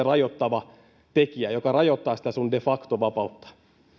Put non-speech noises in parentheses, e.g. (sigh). (unintelligible) rajoittava tekijä joka rajoittaa sitä sinun de facto vapauttasi